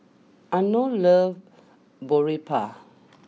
Arno loves Boribap